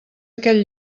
aquell